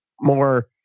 more